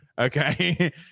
Okay